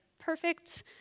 perfect